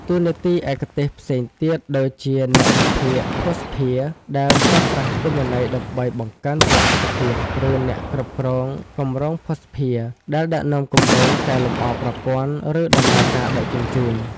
តួនាទីឯកទេសផ្សេងទៀត ដូចជាអ្នកវិភាគភស្តុភារ ដែលប្រើប្រាស់ទិន្នន័យដើម្បីបង្កើនប្រសិទ្ធភាព ឬអ្នកគ្រប់គ្រងគម្រោងភស្តុភារ ដែលដឹកនាំគម្រោងកែលម្អប្រព័ន្ធ ឬដំណើរការដឹកជញ្ជូន។